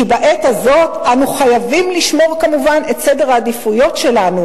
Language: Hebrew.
כי בעת הזאת אנו חייבים לשמור כמובן את סדר העדיפויות שלנו,